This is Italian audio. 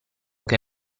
che